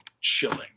chilling